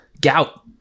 gout